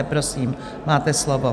Prosím, máte slovo.